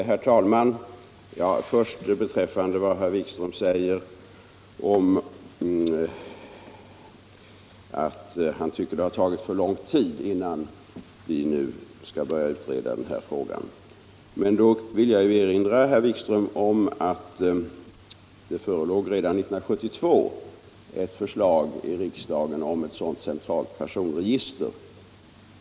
Herr talman! Till att börja med vill jag — eftersom herr Wikström säger att han tycker att det har tagit för lång tid innan vi nu skall börja utreda den här frågan — erinra herr Wikström om att det redan år 1972 förelåg ett förslag i riksdagen om ett sådant centralt personregister.